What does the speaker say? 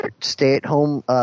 stay-at-home